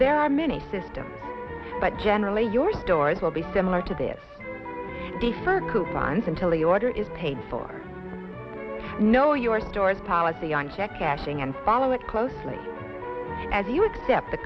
there are many systems but generally your stories of a similar to this day for coupons until the order is paid for know your store policy on check cashing and follow it closely as you accept the